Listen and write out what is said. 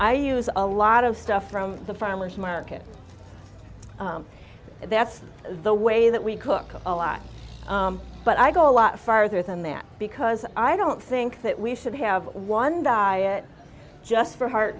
i use a lot of stuff from the farmer's market that's the way that we cook a lot but i go a lot farther than that because i don't think that we should have one diet just for heart